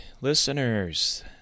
listeners